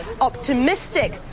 optimistic